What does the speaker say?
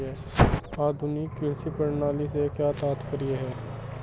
आधुनिक कृषि प्रणाली से क्या तात्पर्य है?